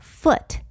foot